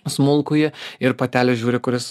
smulkųjį ir patelė žiūri kuris